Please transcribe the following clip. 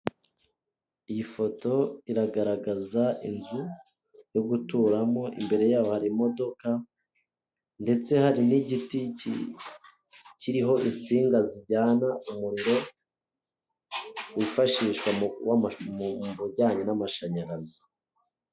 Umuhanda w'igitaka iburyo bwawo n'ibumoso hari amazu agiye atandukanye. Ndahabona igipangu cy'amabara y'icyatsi ndetse iyo nzu isakaje amabati atukura. Hakurya y'umuhanda hari umukindo mwiza uri imbere y'igipangu cy'amatafari.